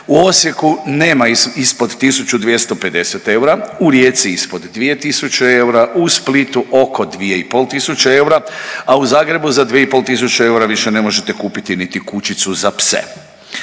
u Osijeku nema ispod 1.250 eura, u Rijeci ispod 2.000 eura, u Splitu oko 2.500 eura, a u Zagrebu za 2.500 eura više ne možete kupiti niti kućicu za pse.